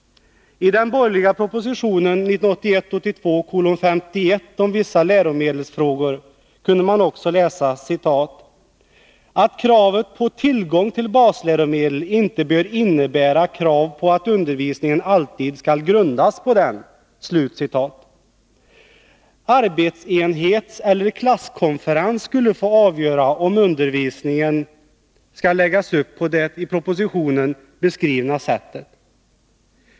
I den borgerliga propositionen 1981/82:51 om vissa läromedelsfrågor kunde man också läsa att ”kravet på tillgång till basläromedel inte bör innebära krav på att undervisningen alltid skall grundas på dem”. Arbetsenhetseller klasskonferens skulle få avgöra om undervisningen skall läggas upp på det i propositionen beskrivna sättet.